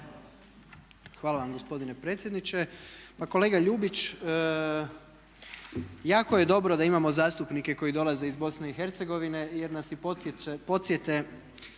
Hvala vam gospodine predsjedniče. Pa kolega Ljubić jako je dobro da imamo zastupnike koji dolaze iz BiH jer nas i podsjete